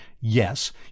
yes